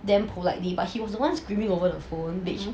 damn politely but he was one screaming over the phone which